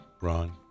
Ron